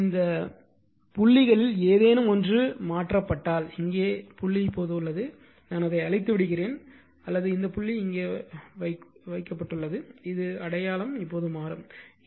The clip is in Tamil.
இப்போது இந்த புள்ளிகளில் ஏதேனும் ஒன்று மாற்றப்பட்டால் இந்த புள்ளி இங்கே உள்ளது அல்லது அதை அழித்து விடுகிறேன் அல்லது இந்த புள்ளி இங்கே உள்ளது இது அடையாளம் மாறும்